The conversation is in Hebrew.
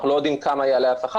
אנחנו לא יודעים כמה יעלה השכר,